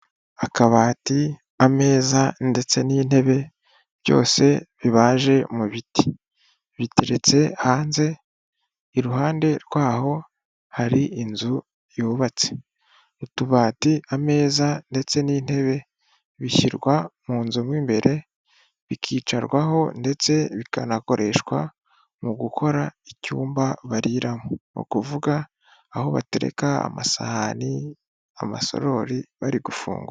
Akabati, ameza ndetse n'intebe byose bibaje mu biti. Biteretse hanze, iruhande rwaho hari inzu yubatse. Utubati, ameza ndetse n'intebe, bishyirwa mu nzu mo imbere bikicarwaho ndetse bikanakoreshwa mu gukora icyumba bariramo. Ni ukuvuga aho batereka amasahani, amasorori, bari gufungura.